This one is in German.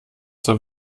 zur